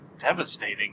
devastating